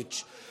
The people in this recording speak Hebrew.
אברמוביץ'.